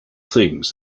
things